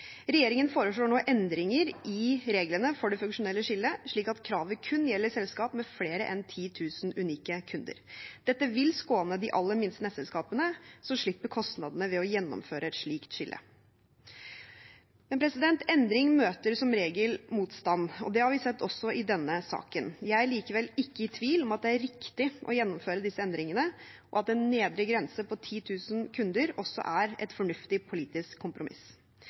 Regjeringen foreslår nå endringer i reglene for det funksjonelle skillet, slik at kravet kun gjelder selskap med flere enn 10 000 unike kunder. Dette vil skåne de aller minste nettselskapene, som slipper kostnadene ved å gjennomføre et slikt skille. Endring møter som regel motstand, og det har vi sett også i denne saken. Jeg er likevel ikke i tvil om at det er riktig å gjennomføre disse endringene, og at en nedre grense på 10 000 kunder også er et fornuftig politisk kompromiss.